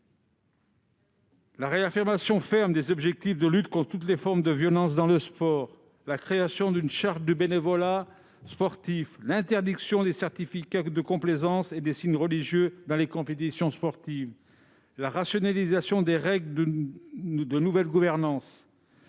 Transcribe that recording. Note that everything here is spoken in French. la réaffirmation ferme des objectifs de lutte contre toutes les formes de violence dans le sport, à la création d'une charte nationale du bénévolat sportif, à l'interdiction des certificats de complaisance et du port de signes religieux ostensibles dans les compétitions sportives, à la rationalisation des règles de nouvelle gouvernance,